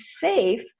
safe